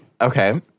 Okay